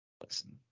listen